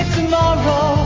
tomorrow